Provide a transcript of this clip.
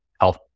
health